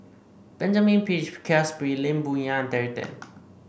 Benjamin Peach Keasberry Lee Boon Yang and Terry Tan